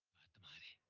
the main body